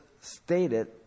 stated